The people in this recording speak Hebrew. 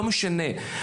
לא משנה.